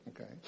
okay